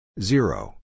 Zero